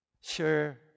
sure